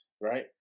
right